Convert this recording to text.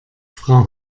frau